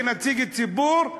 כנציג ציבור: